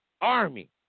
army